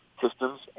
systems